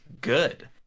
good